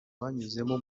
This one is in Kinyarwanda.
banyuzemo